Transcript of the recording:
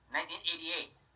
1988